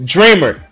Dreamer